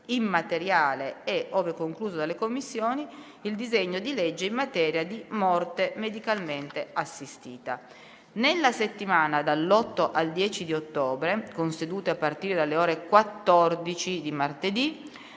immateriale e, ove concluso dalle Commissioni, il disegno di legge in materia di morte medicalmente assistita. Nella settimana dall'8 al 10 ottobre, con sedute a partire dalle ore 14 di martedì,